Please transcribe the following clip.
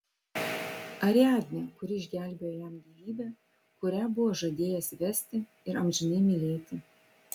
ariadnę kuri išgelbėjo jam gyvybę kurią buvo žadėjęs vesti ir amžinai mylėti